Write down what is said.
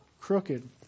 crooked